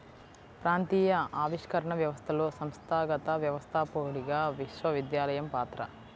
ప్రాంతీయ ఆవిష్కరణ వ్యవస్థలో సంస్థాగత వ్యవస్థాపకుడిగా విశ్వవిద్యాలయం పాత్ర